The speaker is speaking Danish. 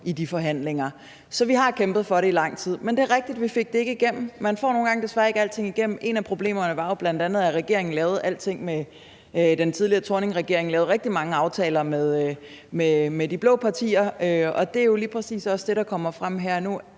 i de forhandlinger. Så vi har kæmpet for det i lang tid, men det er rigtigt, at vi ikke har fået det igennem. Man får desværre ikke altid tingene igennem. Et af problemerne var bl.a., at den tidligere Thorning-Schmidt-regering lavede rigtig mange aftaler med de blå partier, og det er jo lige præcis det, der også kommer frem her nu: